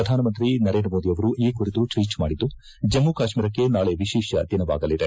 ಪ್ರಧಾನಮಂತ್ರಿ ನರೇಂದ್ರ ಮೋದಿ ಅವರು ಈ ಕುರಿತು ಟ್ವೀಟ್ ಮಾಡಿದ್ದು ಜಮ್ನು ಕಾಶ್ನೀರಕ್ಕೆ ನಾಳೆ ವಿಶೇಷ ದಿನವಾಗಲಿದೆ